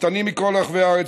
רפתנים מכל רחבי הארץ,